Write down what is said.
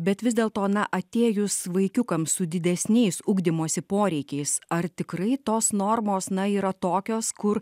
bet vis dėlto na atėjus vaikiukams su didesniais ugdymosi poreikiais ar tikrai tos normos na yra tokios kur